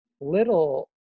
little